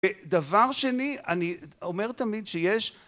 ודבר שני, אני אומר תמיד שיש...